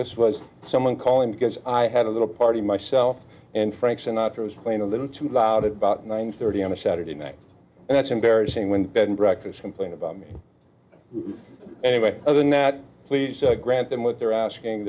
us was someone calling because i had a little party myself and frank sinatra was playing a little too loud at about nine thirty on a saturday night and that's embarrassing when bed and breakfast complain about anyway other than that please grant them what they're asking